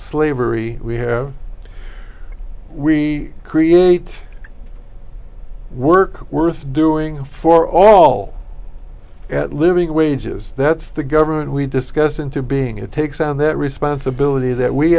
slavery we have we create work worth doing for all living wages that's the government we discuss into being it takes on that responsibility that we